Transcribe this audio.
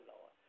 Lord